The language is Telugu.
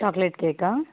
చాక్లెట్ కేకా